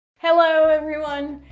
hello, everyone.